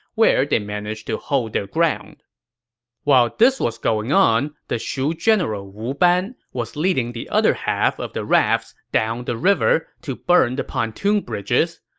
where they managed to hold their ground while this was going on, the shu general wu ban was leading the other half of the rafts down the river to burn the pontoon bridges.